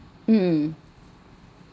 mm